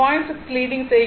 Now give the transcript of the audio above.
6 leading செய்கிறது